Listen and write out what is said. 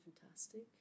fantastic